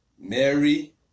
Mary